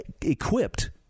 equipped